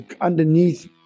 underneath